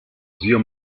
zio